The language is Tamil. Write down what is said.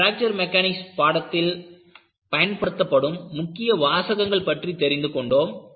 பிராக்சர் மெக்கானிக்ஸ் பாடத்தில் பயன்படுத்தப்படும் முக்கிய வாசகங்கள் பற்றி தெரிந்துகொண்டோம்